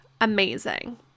amazing